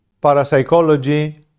parapsychology